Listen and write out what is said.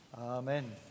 Amen